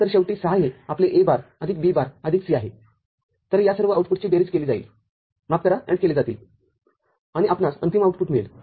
तर शेवटी६ हे आपले A बार आदिक B बार आदिक C आहे तरया सर्व आउटपुटची बेरीज केली जाईल माफ करा AND केले जातीलआणि आपणास अंतिम आउटपुट मिळेल